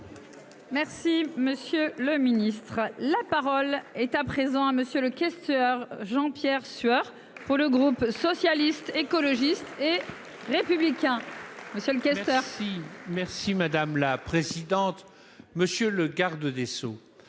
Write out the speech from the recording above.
Merci, monsieur le Ministre, la parole est à présent à monsieur le questeur Jean-Pierre Sueur pour le groupe socialiste écologiste. Et. Républicain monsieur le questeur fille. Merci madame la présidente, monsieur le garde des Sceaux